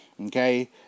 Okay